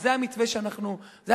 וזה המתווה הקיים,